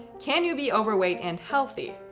can you be overweight and healthy?